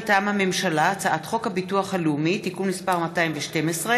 מטעם הממשלה: הצעת חוק הביטוח הלאומי (תיקון מס' 212),